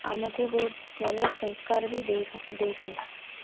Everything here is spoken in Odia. ଆମକୁ ବହୁତ ଭଲ ସଂସ୍କାର ବି ଦେଇ ଦେଇଛନ୍ତି